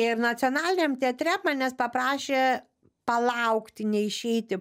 ir nacionaliniam teatre manęs paprašė palaukti neišeiti